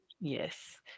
Yes